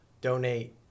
donate